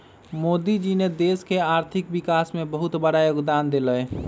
मोदी जी ने देश के आर्थिक विकास में बहुत बड़ा योगदान देलय